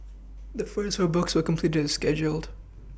the first four books were completed as scheduled